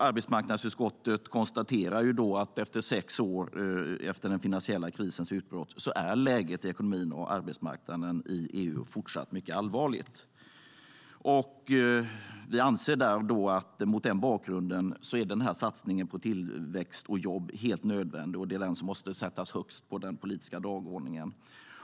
Arbetsmarknadsutskottet konstaterar att läget i ekonomin och på arbetsmarknaden i EU sex år efter den finansiella krisens utbrott fortfarande är mycket allvarligt. Mot den bakgrunden anser vi att denna satsning på tillväxt och jobb är helt nödvändig och att det är den som måste sättas högst upp på den politiska dagordningen.